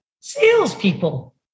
salespeople